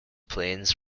plains